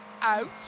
out